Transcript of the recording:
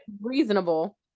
reasonable